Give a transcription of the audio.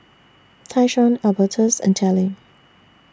Tyshawn Albertus and Tallie